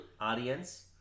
Audience